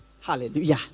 hallelujah